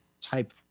type